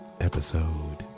Episode